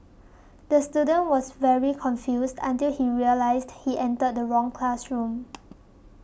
the student was very confused until he realised he entered the wrong classroom